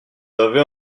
avez